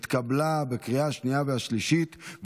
התקבלה בקריאה השנייה והשלישית,